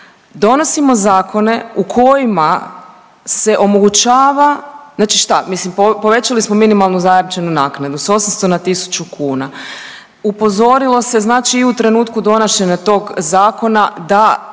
donosimo zakone u kojima se omogućava znači šta, mislim povećali smo minimalnu zajamčenu naknadu sa 800 na 1.000 kuna, upozorilo se i u trenutku donošenje tog zakona da